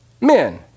Men